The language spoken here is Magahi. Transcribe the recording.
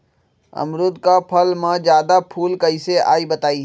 अमरुद क फल म जादा फूल कईसे आई बताई?